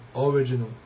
original